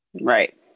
right